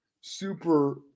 super